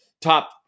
top